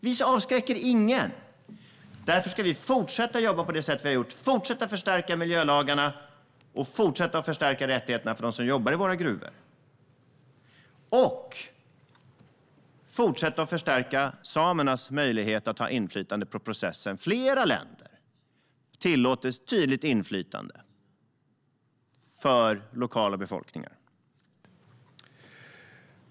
Vi avskräcker ingen. Därför ska vi fortsätta att jobba på det sätt som vi har gjort - fortsätta förstärka miljölagarna och fortsätta förstärka rättigheterna för dem som jobbar i våra gruvor. Vi ska också fortsätta förstärka samernas möjligheter att ha inflytande på processen. Flera länder tillåter ett tydligt inflytande för lokala befolkningar.